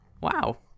Wow